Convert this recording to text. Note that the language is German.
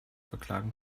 verklagen